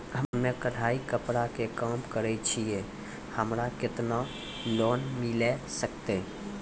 हम्मे कढ़ाई कपड़ा के काम करे छियै, हमरा केतना लोन मिले सकते?